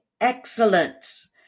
excellence